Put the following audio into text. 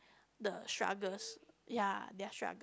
the struggles ya their struggle